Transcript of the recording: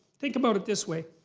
think about it this way.